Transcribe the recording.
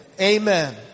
Amen